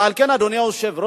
ועל כן, אדוני היושב-ראש,